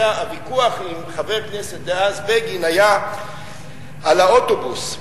הוויכוח עם חבר הכנסת דאז בגין היה על האוטובוס.